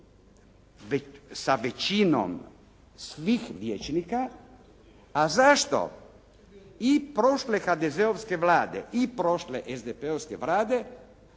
sa većinom svih vijećnika, a zašto i prošle HDZ-ovske Vlade i prošle SDP-ovske Vlade